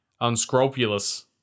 unscrupulous